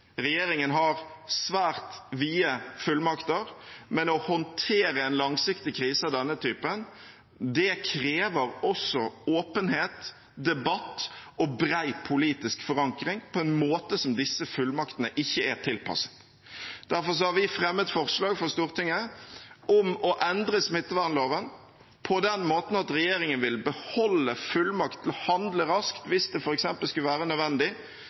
Regjeringen har svært vide fullmakter, men å håndtere en langsiktig krise av denne typen krever også åpenhet, debatt og bred politisk forankring på en måte som disse fullmaktene ikke er tilpasset. Derfor har vi fremmet forslag for Stortinget om å endre smittevernloven på den måten at regjeringen vil beholde fullmakten til å handle raskt hvis det f.eks. skulle være nødvendig